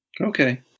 Okay